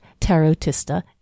tarotista